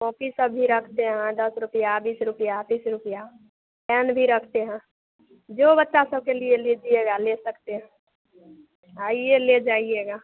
copy सभी रखते हैं दस रुपिया बीस रुपिया तीस रुपिया पेन भी रखते हैं जो बच्चा सबके लिए लीजिएगा ले सकते हैं आइए ले जाइएगा